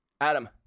Adam